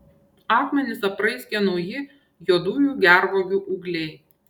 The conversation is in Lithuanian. akmenis apraizgė nauji juodųjų gervuogių ūgliai